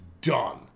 done